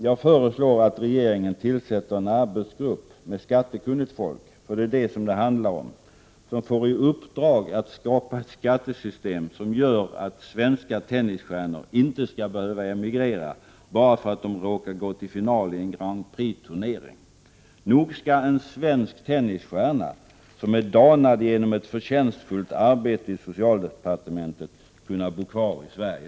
Jag föreslår att regeringen tillsätter en arbetsgrupp med skattekunnigt folk — det är vad det handlar om — som får i uppdrag att skapa ett skattesystem som gör att svenska tennisstjärnor inte skall behöva emigrera bara för att de råkar gå till final i en Grand Prix-turnering. Nog skall en svensk tennisstjärna, danad genom ett förtjänstfullt arbete i socialdepartementet, kunna bo kvar i Sverige.